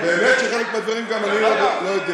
באמת שחלק מהדברים גם אני לא יודע.